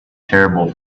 terrible